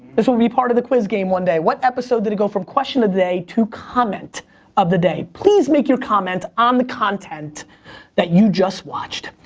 this will be part of the quiz game one day. what episode did it go from question of the day to comment of the day. please make your comment on the content that you just watched.